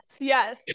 yes